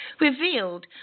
revealed